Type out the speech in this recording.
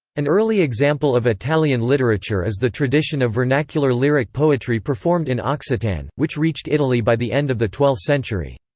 an early example of italian literature is the tradition of vernacular lyric poetry performed in occitan, which reached italy by the end of the twelfth century.